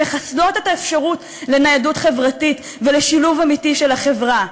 מחסלות את האפשרות לניידות חברתית ולשילוב אמיתי של החברה.